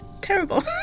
Terrible